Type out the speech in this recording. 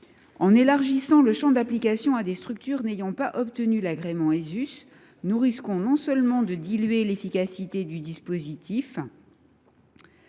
En élargissant le champ d’application à des structures n’ayant pas obtenu l’agrément Esus, nous risquons de diluer l’efficacité du dispositif.